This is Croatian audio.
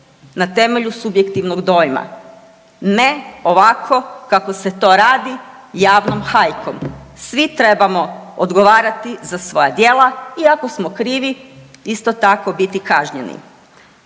na temelju subjektivnog dojma. Ne ovako kako se to radi javnom hajkom. Svi trebamo odgovarati za svoja djela i ako smo krivi, isto tako, biti kažnjeni.